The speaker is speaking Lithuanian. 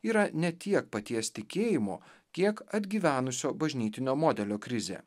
yra ne tiek paties tikėjimo kiek atgyvenusio bažnytinio modelio krizė